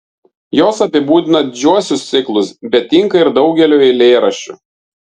jos apibūdina didžiuosius ciklus bet tinka ir daugeliui eilėraščių